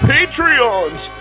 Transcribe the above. Patreons